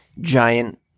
giant